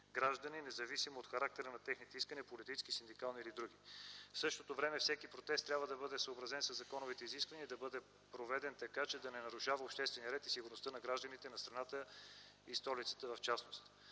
граждани независимо от характера на техните искания, политически, синдикални или други. В същото време всеки протест трябва да бъде съобразен със законовите изисквания и да бъде проведен така, че да не нарушава обществения ред и сигурността на гражданите на страната и в частност,